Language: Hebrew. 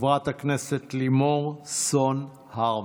חברת הכנסת לימור סון הר מלך.